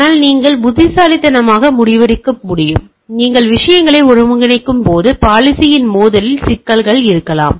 ஆனால் நீங்கள் புத்திசாலித்தனமாக முடிவு செய்யும் போது நீங்கள் விஷயங்களை ஒருங்கிணைக்கும்போது பாலிசியின் மோதலில் சிக்கல் இருக்கலாம்